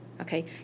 okay